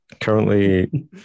currently